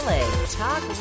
Talk